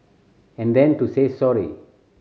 and then to say sorry